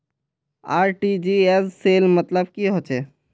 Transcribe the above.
RTGS सेल मतलब की होचए?